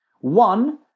One